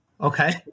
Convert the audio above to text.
Okay